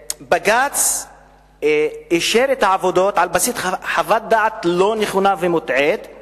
בג"ץ אישר את העבודות על בסיס חוות דעת לא נכונה ומוטעית,